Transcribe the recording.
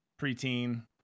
preteen